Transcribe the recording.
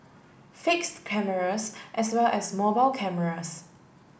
fix cameras as well as mobile cameras